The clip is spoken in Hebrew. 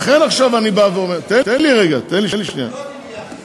לכן עכשיו אני בא ואומר, תקשיב למה זה אישי.